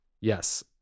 Yes